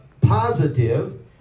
positive